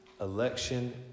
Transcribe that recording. election